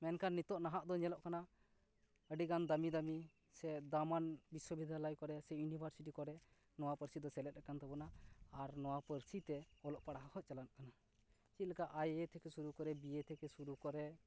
ᱢᱮᱱᱠᱷᱟᱱ ᱱᱤᱛᱚᱜ ᱱᱟᱦᱟᱜ ᱫᱚ ᱧᱮᱞᱚᱜ ᱠᱟᱱᱟ ᱫᱟᱹᱢᱤ ᱫᱟᱹᱢᱤ ᱥᱮ ᱫᱟᱢᱟᱱ ᱵᱤᱥᱥᱚ ᱵᱤᱫᱟᱞᱚᱭ ᱠᱚᱨᱮ ᱥᱮ ᱤᱭᱩᱱᱤᱵᱷᱟᱨᱥᱤᱴᱤ ᱠᱚᱨᱮ ᱱᱚᱶᱟ ᱯᱟᱹᱨᱥᱤ ᱫᱚ ᱥᱮᱞᱮᱫ ᱟᱠᱟᱱ ᱛᱟᱵᱚᱱᱟ ᱟᱨ ᱱᱚᱶᱟ ᱯᱟᱹᱨᱥᱤ ᱛᱮ ᱚᱞᱚᱜ ᱯᱟᱲᱦᱟᱣ ᱦᱚᱸ ᱪᱟᱞᱟᱜ ᱠᱟᱱᱟ ᱪᱮᱫ ᱞᱮᱠᱟ ᱟᱭ ᱮ ᱛᱷᱮᱠᱮ ᱥᱩᱨᱩ ᱠᱚᱨᱮ ᱵᱤ ᱮ ᱛᱷᱮᱠᱮ ᱥᱩᱨᱩ ᱠᱚᱨᱮ